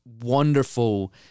wonderful